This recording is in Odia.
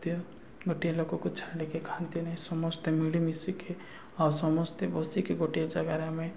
ମଧ୍ୟ ଗୋଟିଏ ଲୋକକୁ ଛାଡ଼ିକି ଖାଆନ୍ତି ନାହିଁ ସମସ୍ତେ ମିଳିମିଶିକି ଆଉ ସମସ୍ତେ ବସିକି ଗୋଟିଏ ଜାଗାରେ ଆମେ